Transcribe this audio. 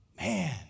Man